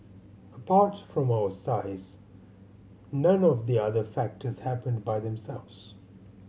apart from our size none of the other factors happened by themselves